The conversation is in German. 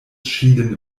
schieden